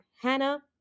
Hannah